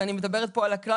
ואני מדברת פה על הכלל.